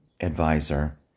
advisor